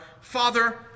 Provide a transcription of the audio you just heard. Father